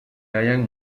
hallan